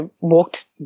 walked